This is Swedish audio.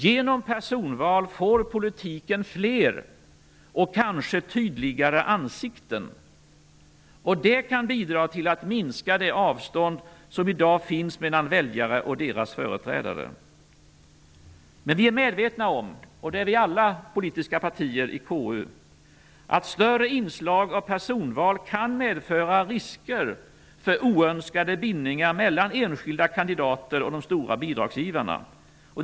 Genom personval får politiken fler och kanske tydligare ansikten. Det kan bidra till att minska det avstånd som i dag finns mellan väljare och deras företrädare. Men vi är från alla politiska partiers sida i KU medvetna om att större inslag av personval kan medföra risker för oönskade bindningar mellan enskilda kandidater och stora bidragsgivare.